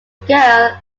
girl